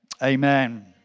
Amen